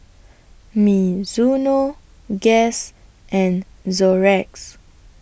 Mizuno Guess and Xorex